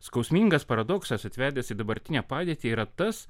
skausmingas paradoksas atvedęs į dabartinę padėtį yra tas